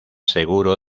seguro